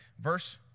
Verse